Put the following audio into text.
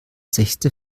sechste